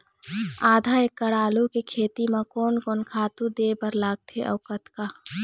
आधा एकड़ आलू के खेती म कोन कोन खातू दे बर लगथे अऊ कतका?